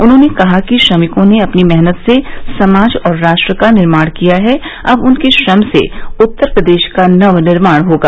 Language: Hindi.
उन्होंने कहा कि श्रमिकों ने अपनी मेहनत से समाज और राष्ट्र का निर्माण किया है अब उनके श्रम से उत्तर प्रदेश का नव निर्माण होगा